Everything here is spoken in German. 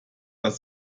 das